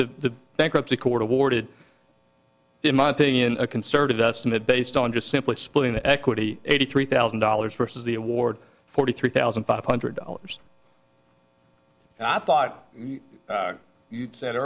the bankruptcy court awarded in my opinion a conservative estimate based on just simply splitting the equity eighty three thousand dollars versus the award forty three thousand five hundred dollars i thought you said